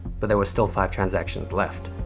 but there were still five transactions left.